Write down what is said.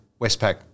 Westpac